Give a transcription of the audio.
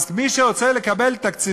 אתה מנהל